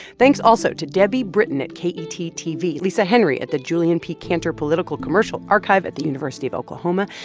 thanks, also, to debbie britton at ketv, lisa henry at the julian p. kanter political commercial archive at the university of oklahoma,